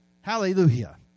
Hallelujah